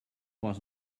was